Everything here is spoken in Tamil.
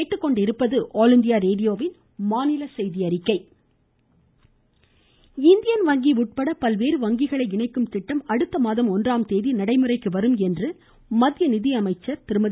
நிர்மலா சீத்தாராமன் இந்தியன் வங்கி உட்பட பல்வேறு வங்கிகளை இணைக்கும் திட்டம் அடுத்தமாதம் ஒன்றாம் தேதி அமலுக்கு வரும் என்று மத்திய நிதியமைச்சா் திருமதி